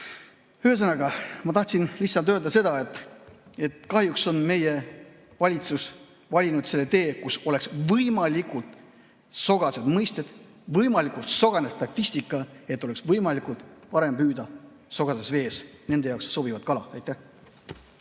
Ühesõnaga, ma tahtsin lihtsalt öelda seda, et kahjuks on meie valitsus valinud selle tee, kus on võimalikult sogased mõisted, võimalikult sogane statistika, et oleks võimalikult parem püüda sogases vees nende jaoks sobivat kala. Aitäh!